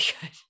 good